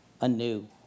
anew